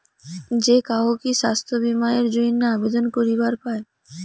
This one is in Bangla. যে কাহো কি স্বাস্থ্য বীমা এর জইন্যে আবেদন করিবার পায়?